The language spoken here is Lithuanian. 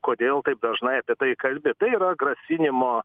kodėl taip dažnai apie tai kalbi tai yra grasinimo